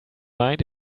mind